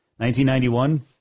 1991